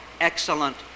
excellent